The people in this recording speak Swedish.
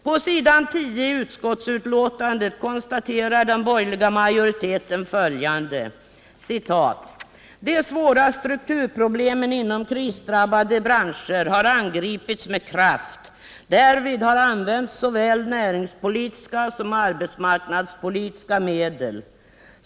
På s. 10 i utskottsbetänkandet konstaterar den borgerliga majoriteten följande: ”De svåra strukturproblemen inom vissa krisdrabbade branscher har angripits med kraft. Därvid har använts såväl näringspolitiska som arbetsmarknadspolitiska medel.